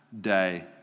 day